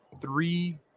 three